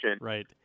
Right